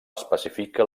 especifica